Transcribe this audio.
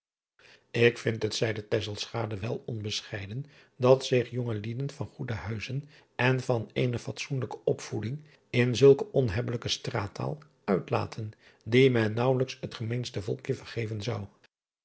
k vind het zeide wel onbescheiden dat zich jongelingen van goeden huize en van eene fatsoenlijke opvoeding in zulke onhebbelijke straattaal uitlaten die men naauwelijks het gemeenste volkje vergeven zou